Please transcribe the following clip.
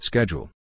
Schedule